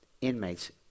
inmates